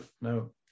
no